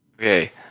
okay